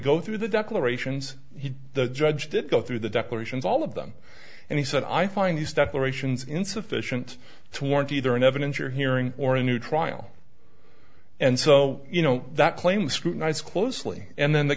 go through the declarations the judge did go through the declarations all of them and he said i find the stepper ations insufficient to warrant either an evidence you're hearing or a new trial and so you know that claim to scrutinize closely and then the